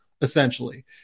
essentially